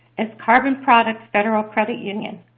as carbon products federal credit union.